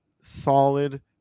solid